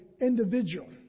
individual